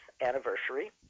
anniversary